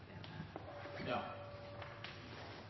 ene